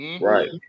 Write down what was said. right